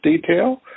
detail